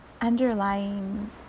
underlying